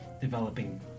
developing